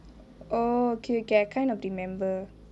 oh okay okay I kind of remember